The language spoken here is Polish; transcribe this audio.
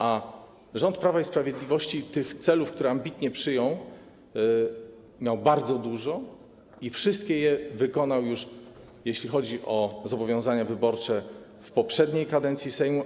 A rząd Prawa i Sprawiedliwości tych celów, które ambitnie przyjął, miał bardzo dużo i wszystkie już wykonał, jeśli chodzi o zobowiązania wyborcze, w poprzedniej kadencji Sejmu.